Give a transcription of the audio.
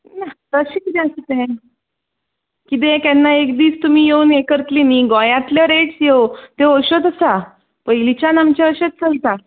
ना तशें कितें आसा तें कितेंय केन्नाय एक दीस तुमी येवन हें करतली न्ही गोंयांतल्यो रेट्स ह्यो त्यो अश्योच आसा पयलीच्यान आमचे अशेंच चलता